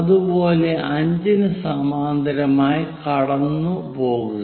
അതുപോലെ 5 ന് സമാന്തരമായി കടന്നുപോകുക